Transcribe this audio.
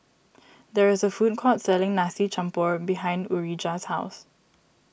there is a food court selling Nasi Campur behind Urijah's house